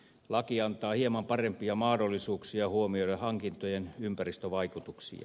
laki antaa hieman parempia mahdollisuuksia huomioida hankintojen ympäristövaikutuksia